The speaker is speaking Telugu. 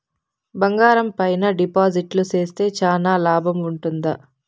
బంగారం పైన డిపాజిట్లు సేస్తే చానా లాభం ఉంటుందా?